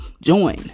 Join